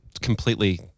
completely